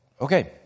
Okay